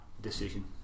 decision